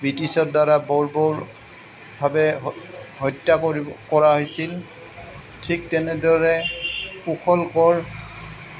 ব্ৰিটিছৰ দ্বাৰা বৰ্বৰভাৱে হত্যা পৰি কৰা হৈছিল ঠিক তেনেদৰে কুশল কোঁৱৰ